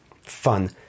fun